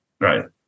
Right